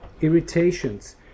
irritations